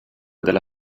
della